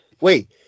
Wait